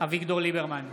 אביגדור ליברמן,